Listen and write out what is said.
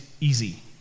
easy